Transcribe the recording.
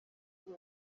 leta